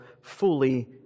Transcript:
fully